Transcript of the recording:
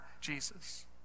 Jesus